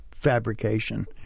fabrication